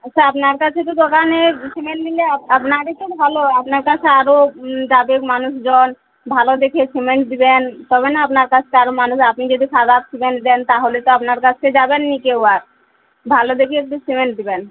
আচ্ছা আপনার কাছে তো দোকানের সিমেন্ট নিলে আপ আপনারই তো ভালো আপনার কাছে আরও যাবে মানুষজন ভালো দেখে সিমেন্ট দেবেন তবে না আপনার কাছকে আরও মানুষ আপনি যদি সাদা সিমেন্ট দেন তাহলে তো আপনার কাছকে যাবেন নি কেউ আর ভালো দেখে একটু সিমেন্ট দেবেন